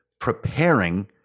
preparing